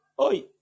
Oi